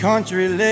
Country